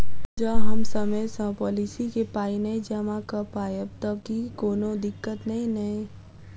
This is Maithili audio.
जँ हम समय सअ पोलिसी केँ पाई नै जमा कऽ पायब तऽ की कोनो दिक्कत नै नै?